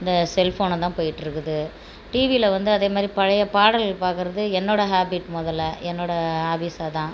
இந்த செல் ஃபோன்னு தான் போயிட்டு இருக்குது டிவியில் வந்து அதே மாதிரி பழைய பாடல் பார்க்குறது என்னோட ஹாபிட் முதல என்னோட ஹாபிஸ் அதுதான்